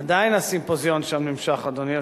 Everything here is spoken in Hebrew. עדיין הסימפוזיון שם נמשך, אדוני היושב-ראש,